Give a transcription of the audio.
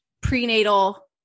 prenatal